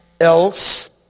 Else